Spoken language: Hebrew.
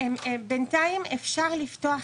בינתיים אפשר לפתוח